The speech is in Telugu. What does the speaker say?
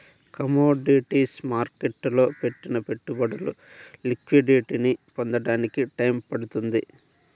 కమోడిటీస్ మార్కెట్టులో పెట్టిన పెట్టుబడులు లిక్విడిటీని పొందడానికి టైయ్యం పడుతుంది